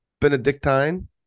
Benedictine